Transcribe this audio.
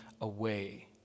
away